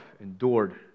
endured